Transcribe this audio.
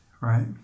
Right